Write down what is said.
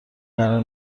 قرار